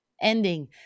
ending